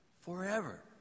forever